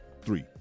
Three